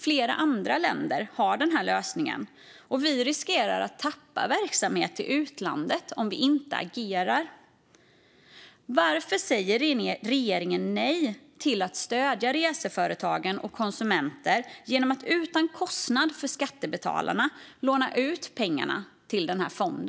Flera andra länder har den lösningen, och Sverige riskerar att tappa verksamhet till utlandet om man inte agerar. Varför säger regeringen nej till att stödja reseföretag och konsumenter genom att, utan kostnad för skattebetalarna, låna ut pengar till en sådan fond?